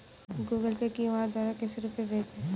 Google Pay QR द्वारा कैसे रूपए भेजें?